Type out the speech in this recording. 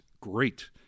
great